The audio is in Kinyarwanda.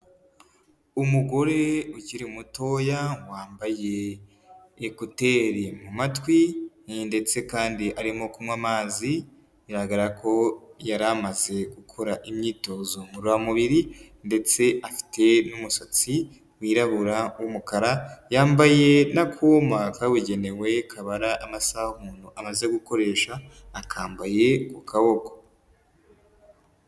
Umugore ukiri mutoya, wambaye ekuteri mu matwi ye, ndetse kandi arimo kunywa amazi, bigaragara ko yari amaze gukora imyitozo ngororamubiri ndetse afite n'umusatsi wirabura w'umukara, yambaye n'akuma kabugenewe kabara amasaha umuntu amaze gukoresha, akambaye ku kaboko.